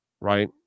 right